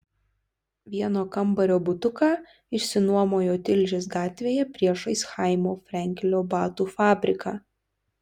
vieno kambario butuką išsinuomojo tilžės gatvėje priešais chaimo frenkelio batų fabriką